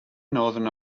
northern